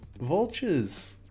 vultures